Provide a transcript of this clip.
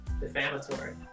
defamatory